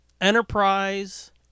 Enterprise